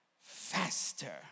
faster